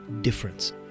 difference